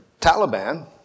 Taliban